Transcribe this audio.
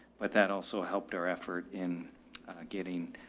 but that also helped our effort in getting,